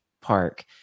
park